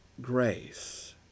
grace